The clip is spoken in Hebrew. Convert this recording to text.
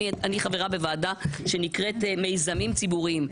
אני חברה בוועדה שנקראת מיזמים ציבוריים.